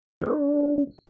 No